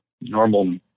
normal